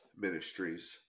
ministries